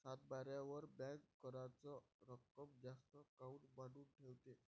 सातबाऱ्यावर बँक कराच रक्कम जास्त काऊन मांडून ठेवते?